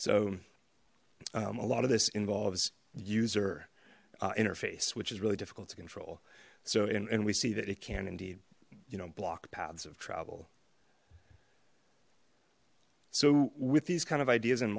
so a lot of this involves user interface which is really difficult to control so and we see that it can indeed you know block paths of travel so with these kind of ideas in